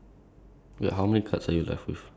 okay what's your next question